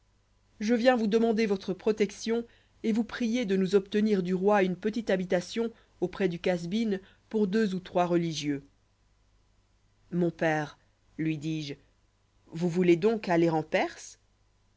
je viens vous demander votre protection et vous prier de nous obtenir du roi une petite habitation auprès de casbin pour deux ou trois religieux mon père lui dis-je vous voulez donc aller en perse